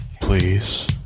please